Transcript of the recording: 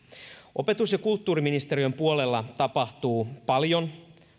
opetus ja kulttuuriministeriön puolella tapahtuu paljon